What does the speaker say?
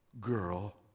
girl